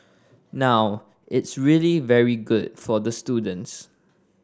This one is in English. now it's really very good for the students